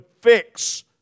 fix